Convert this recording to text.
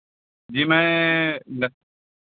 जी मैं